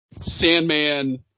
Sandman